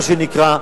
מה שנקרא,